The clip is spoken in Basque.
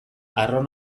harro